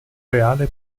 reale